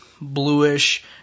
bluish